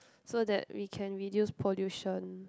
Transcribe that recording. so that we can reduce pollution